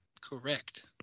Correct